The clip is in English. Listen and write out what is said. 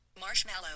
marshmallow